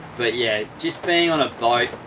but yeah just being on a boat